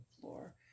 floor